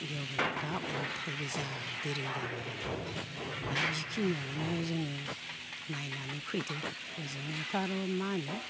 इयावबो दा अन्थाइ गोजा दिरिं दैमायाबो दा बिखिनियावनो जोङो नायनानै फैदो ओजोंआथ' आरो माहोनो